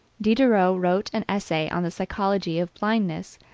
diderot wrote an essay on the psychology of blindness,